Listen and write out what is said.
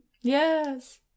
yes